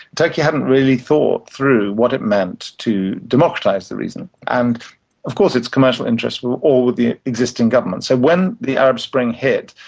turkey hadn't really thought through what it meant to democratise the region, and of course its commercial interests were all with the existing governments. so when the arab spring hit,